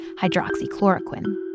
hydroxychloroquine